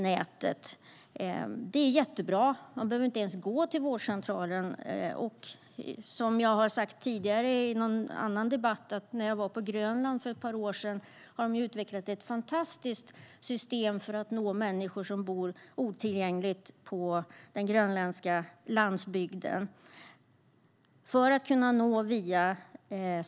Det är jättebra. Man behöver inte ens gå till vårdcentralen. Jag var på Grönland för ett par år sedan. Där har de utvecklat ett fantastiskt system för att via satellittelefon med mera nå människor som bor otillgängligt på den grönländska landsbygden.